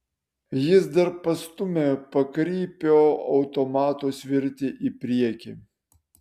jis dar pastūmė pokrypio automato svirtį į priekį